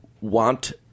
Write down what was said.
want